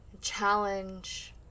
challenge